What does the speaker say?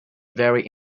vary